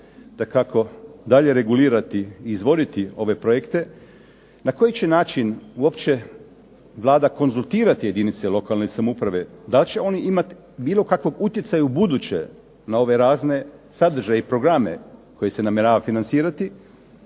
dakako dalje regulirati i izvoditi ove projekte na koji će način uopće Vlada konzultirati jedinice lokalne samouprave, da li će oni imati bilo kakav utjecaj ubuduće na ove razne sadržaje i programe koje se namjerava financirati